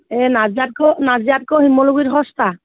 এই নাজিৰাতকৈ নাজিৰাতকৈ শিমলুগুৰিত সস্তা